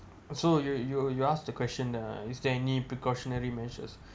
so you you you ask the question uh is there any precautionary measures